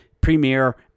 premier